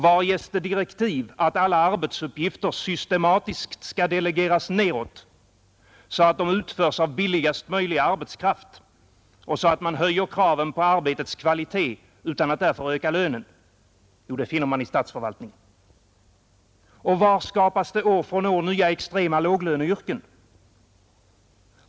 Var ges direktiv att alla arbetsuppgifter systematiskt skall delegeras nedåt, så att de utförs av billigaste möjliga arbetskraft och så att man höjer kraven på arbetets kvalitet utan att därför öka lönen? Jo, det finner man i statsförvaltningen. Och var skapas det år från år nya extrema låglöneyrken?